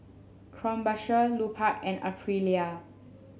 Krombacher Lupark and Aprilia